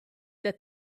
that